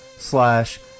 slash